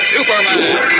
Superman